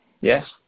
Yes